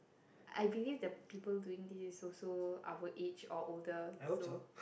I believe the people doing this is also our age or older so